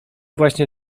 właśnie